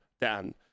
dan